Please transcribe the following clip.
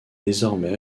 désormais